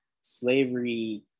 slavery